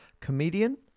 Comedian